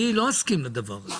אני לא אסכים לדבר כזה,